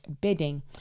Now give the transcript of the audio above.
bidding